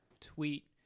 tweet